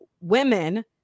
women